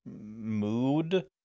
mood